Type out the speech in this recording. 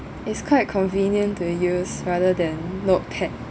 it's quite convenient to use rather than notepad